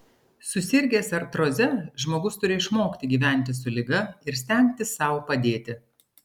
susirgęs artroze žmogus turi išmokti gyventi su liga ir stengtis sau padėti